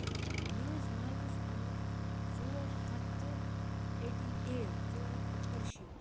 تہٕ مےٚ ٲس مارکٕس آمٕتۍ ژور ہَتھ تہٕ ایٹی ایٹ ژور ہَتھ تہٕ اَرشیٖتھ